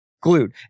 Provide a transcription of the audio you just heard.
Glued